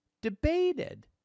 debated